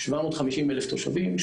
750,000 תושבים,